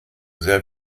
sehr